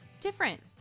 different